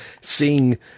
seeing